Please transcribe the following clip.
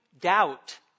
doubt